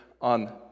on